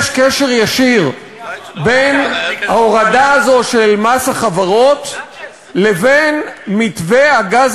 יש קשר ישיר בין ההורדה הזו של מס החברות לבין מתווה הגז